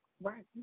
right